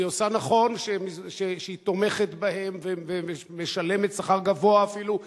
הוא עושה נכון כשהוא תומך בהם ומשלם שכר גבוה אפילו.